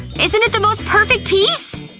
isn't it the most perfect piece!